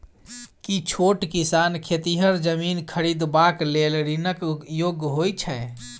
की छोट किसान खेतिहर जमीन खरिदबाक लेल ऋणक योग्य होइ छै?